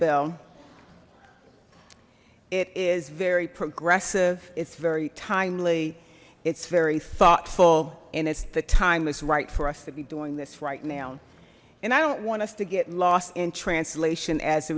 bill it is very progressive it's very timely it's very thoughtful and it's the time is right for us to be doing this right now and i don't want us to get lost in translation as it